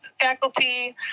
faculty